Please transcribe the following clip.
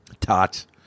Tots